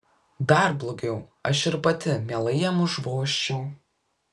dar blogiau aš ir pati mielai jam užvožčiau